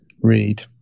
read